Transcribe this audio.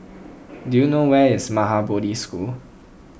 do you know where is Maha Bodhi School